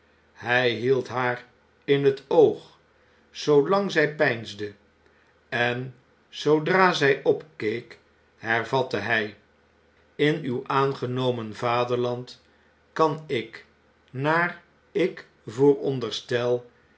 hij hield haar in t oog zoolang zij peinsde en zoodra zij opkeek hervatte hij in uw aangeriomen vaderlaml kan ik naar ik